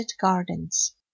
gardens